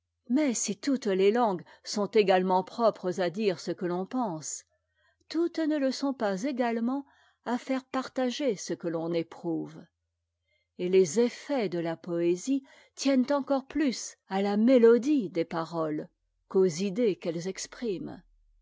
mais si toutes les langues sont éga ement propres à dire ce que l'onpense toutes ne le sont pas également à faire partager ce que l'on éprouve et les effets de la poésie tiennent encore plus à la méto die des paroles qu'aux idées qu'elles expriment